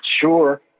sure